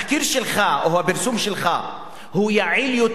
שלך או הפרסום שלך הוא יעיל יותר,